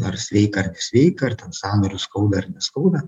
ar sveika ar nesveika ar ten sąnarius skauda ar neskauda